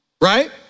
right